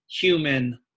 human